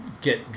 get